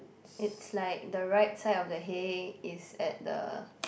it's like the right side of the hay is at the